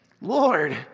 Lord